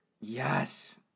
Yes